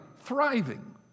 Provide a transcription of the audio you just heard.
thriving